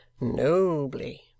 Nobly